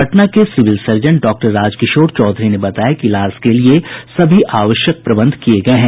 पटना के civil surgeon doctor Rajkishore Chaudhary ने बताया कि इलाज के लिये सभी आवश्यक प्रबंध किये गये हैं